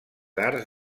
arts